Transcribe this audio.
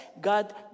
God